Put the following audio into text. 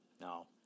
No